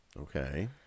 Okay